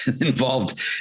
involved